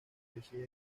especies